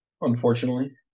Unfortunately